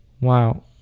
Wow